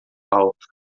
alto